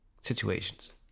situations